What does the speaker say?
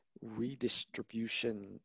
redistribution